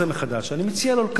אני מציע לו לקדם גם את זה.